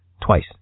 twice